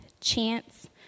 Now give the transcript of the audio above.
Chance